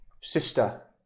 sister